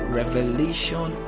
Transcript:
revelation